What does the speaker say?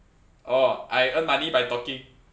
oh I earn money by talking